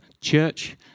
church